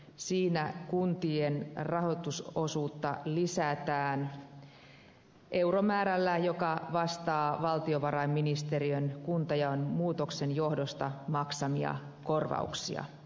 siinä kuntien rahoitusosuutta lisätään euromäärällä joka vastaa valtiovarainministeriön kuntajaon muutoksen johdosta maksamia korvauksia